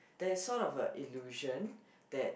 there is sort of a illusion that